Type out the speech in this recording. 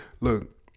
Look